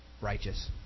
righteous